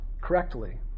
correctly